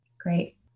Great